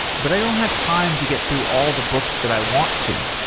but i don't have time to get through all the books that i want to.